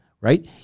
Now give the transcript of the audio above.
right